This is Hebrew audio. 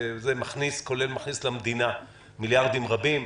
כולל מכניס למדינה מיליארדים רבים.